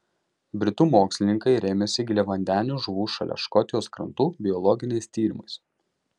britų mokslininkai rėmėsi giliavandenių žuvų šalia škotijos krantų biologiniais tyrimais